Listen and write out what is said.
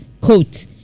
quote